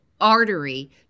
artery